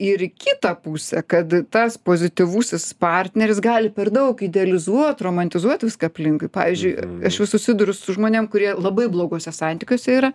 ir į kitą pusę kad tas pozityvusis partneris gali per daug idealizuot romantizuot viską aplinkui pavyzdžiui aš vis susiduriu su žmonėm kurie labai bloguose santykiuose yra